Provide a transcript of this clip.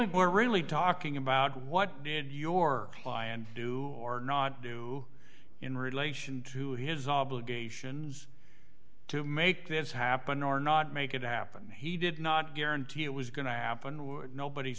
we're really talking about what did your client do or not do in relation to his obligations to make this happen or not make it happen he did not guarantee it was going to happen